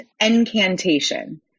incantation